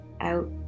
out